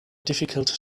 difficult